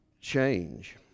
change